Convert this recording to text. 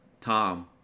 Tom